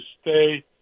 stay